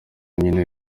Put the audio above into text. nyine